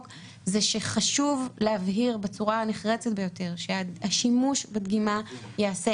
זה שחשוב להבהיר בצורה הנחרצת ביותר שהשימוש בדגימה ייעשה,